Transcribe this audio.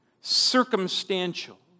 circumstantial